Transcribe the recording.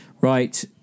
Right